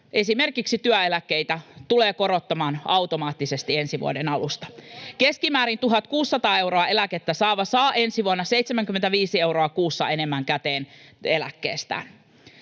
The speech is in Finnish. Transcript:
esimerkiksi työeläkkeitä tulee korottamaan automaattisesti ensi vuoden alusta. Keskimäärin 1 600 euroa eläkettä saava saa ensi vuonna 75 euroa kuussa enemmän käteen eläkkeestään.